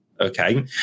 Okay